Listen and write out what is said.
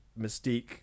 Mystique